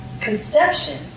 conception